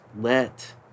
let